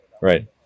Right